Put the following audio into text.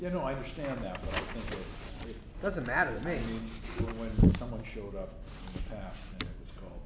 you know i understand that it doesn't matter to me when someone showed up